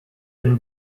been